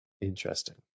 interesting